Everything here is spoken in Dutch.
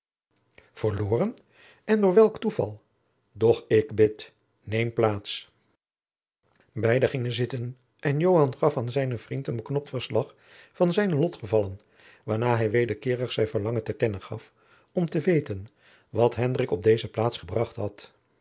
verloren en door welk toeval doch ik bid neem plaats beide gingen zitten en joan gaf aan zijnen vriend een beknopt verslag van zijne lotgevallen waarna hij wederkeerig zijn verlangen te kennen gaf om te weten wat hendrik op deze plaats gebracht had